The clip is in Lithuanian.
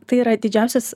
tai yra didžiausias